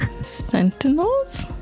sentinels